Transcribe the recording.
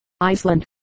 Iceland